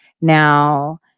Now